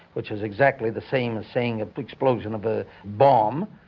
which is exactly the same as saying an explosion of a bomb,